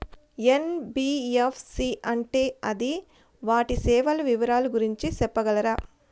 NBFC అంటే అది వాటి సేవలు వివరాలు గురించి సెప్పగలరా?